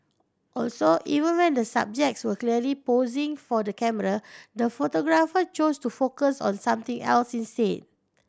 also even when the subjects were clearly posing for the camera the photographer chose to focus on something else instead